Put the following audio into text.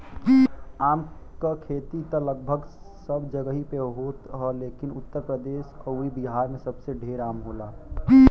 आम क खेती त लगभग सब जगही पे होत ह लेकिन उत्तर प्रदेश अउरी बिहार में सबसे ढेर आम होला